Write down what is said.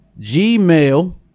Gmail